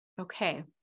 Okay